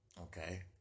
okay